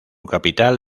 capital